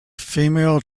female